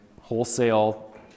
wholesale